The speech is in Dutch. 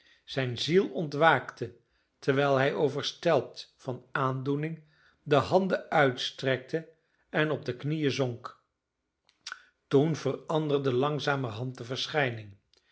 zijne ziel ontwaakte terwijl hij overstelpt van aandoening de handen uitstrekte en op de knieën zonk toen veranderde langzamerhand de verschijning